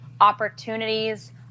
opportunities